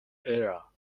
era